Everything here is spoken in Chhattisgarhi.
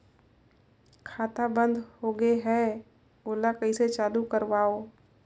खाता बन्द होगे है ओला कइसे चालू करवाओ?